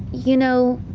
you know.